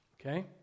Okay